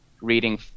reading –